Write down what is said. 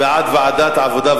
בעד ועדת העבודה,